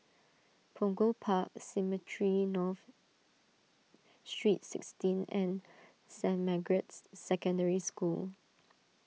Punggol Park Cemetry North Street sixteen and Saint Margaret's Secondary School